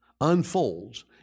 unfolds